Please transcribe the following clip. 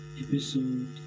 episode